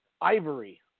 Ivory